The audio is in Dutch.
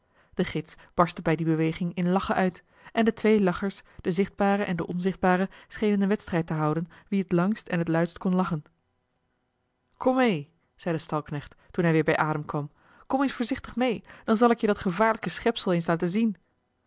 de gids barstte bij die beweging in lachen uit en de twee lachers de zichtbare en de onzichtbare schenen een wedstrijd te houden wie het langst en het luidst kon lachen kom mee zei de stalknecht toen hij weer bij adem kwam kom eens voorzichtig mee dan zal ik je dat gevaarlijke schepsel eens laten zien